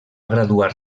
graduar